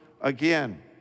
again